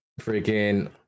Freaking